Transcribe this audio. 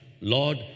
Lord